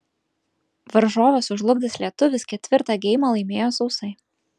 varžovą sužlugdęs lietuvis ketvirtą geimą laimėjo sausai